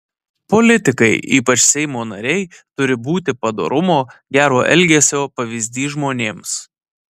politikai ypač seimo nariai turi būti padorumo gero elgesio pavyzdys žmonėms